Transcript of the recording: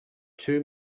two